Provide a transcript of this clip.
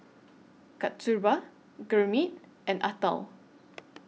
Kasturba Gurmeet and Atal